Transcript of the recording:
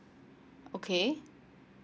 okay